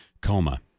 coma